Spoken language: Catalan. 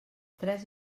tres